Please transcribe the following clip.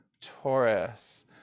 taurus